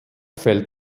fällt